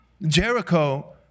Jericho